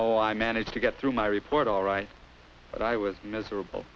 all i managed to get through my report all right but i was miserable